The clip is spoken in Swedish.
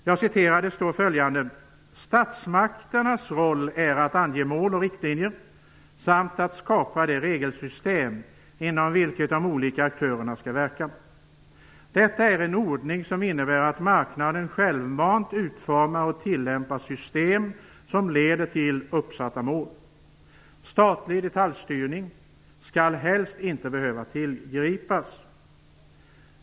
Där anförs följande: "Statsmakternas roll är att ange mål och riktlinjer samt att skapa det regelsystem inom vilket de olika aktörerna skall verka. Detta är en ordning som innebär att marknaden självmant utformar och tillämpar system som leder till uppsatta mål. Statlig detaljstyrning skall helst inte behöva tillgripas.